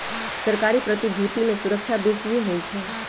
सरकारी प्रतिभूति में सूरक्षा बेशिए होइ छइ